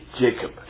Jacob